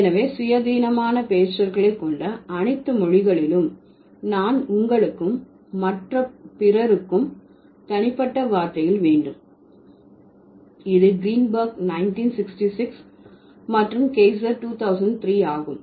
எனவே சுயாதீனமான பெயர்ச்சொற்களை கொண்ட அனைத்து மொழிகளிலும் நான் உங்களுக்கும் மற்றும் பிறருக்கும் தனிப்பட்ட வார்த்தைகள் வேண்டும் இது கிரீன்பெர்க் 1966 மற்றும் கெய்சர் 2003 ஆகும்